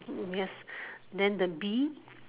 yes then the bee